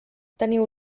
teniu